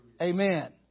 Amen